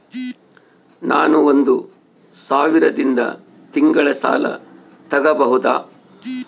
ನಾನು ಒಂದು ಸಾವಿರದಿಂದ ತಿಂಗಳ ಸಾಲ ತಗಬಹುದಾ?